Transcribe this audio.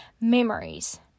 memories